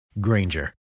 Granger